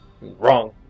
Wrong